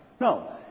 No